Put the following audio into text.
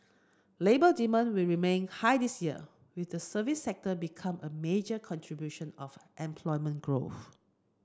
labour demand will remain high this year with the services sector being a major contribution of employment growth